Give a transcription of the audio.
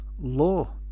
law